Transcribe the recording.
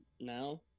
now